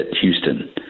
Houston